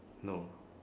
no